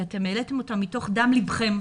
כי העליתם אותם מדם ליבכם.